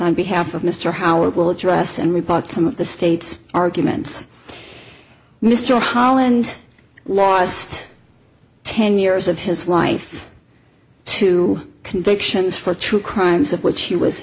on behalf of mr howard will address and we bought some of the state's arguments mr holland lost ten years of his life to convictions for true crimes of which he was